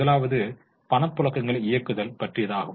முதலாவது பணப்புழக்கங்களை இயக்குதல் பற்றியதாகும்